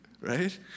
right